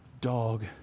dog